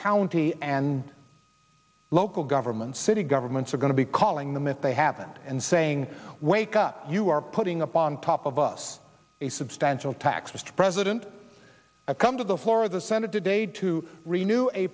county and local governments city governments are going to be calling them if they happened and saying wake up you are putting up on top of us a substantial tax mr president i've come to the floor of the senate today to renew a